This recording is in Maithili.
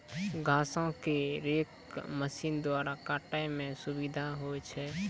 घासो क रेक मसीन द्वारा काटै म सुविधा होय छै